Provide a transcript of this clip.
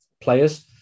players